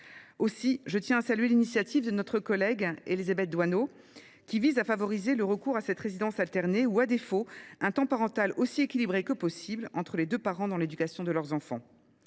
Aussi, je salue l’initiative de notre collègue Élisabeth Doineau, qui vise à favoriser le recours à la résidence alternée ou, à défaut, à un temps parental aussi équilibré que possible entre les deux parents dans l’éducation de leurs enfants.